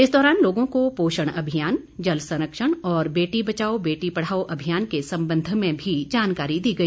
इस दौरान लोगों को पोषण अभियान जल संरक्षण और बेटी बचाओ बेटी पढ़ाओ अभियान के संबंध में भी जानकारी दी गई